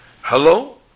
Hello